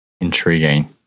Intriguing